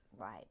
right